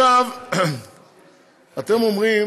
אתם אומרים